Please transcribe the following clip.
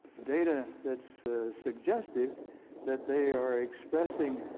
data that's suggested that they are expressing